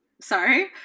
Sorry